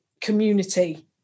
community